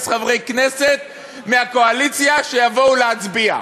חברי כנסת מהקואליציה שיבואו להצביע.